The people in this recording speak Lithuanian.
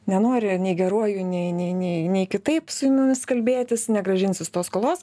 nenori nei geruoju nei nei nei nei kitaip su jumis kalbėtis negrąžins jis tos skolos